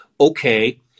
Okay